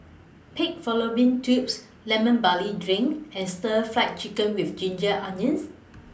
Pig Fallopian Tubes Lemon Barley Drink and Stir Fried Chicken with Ginger Onions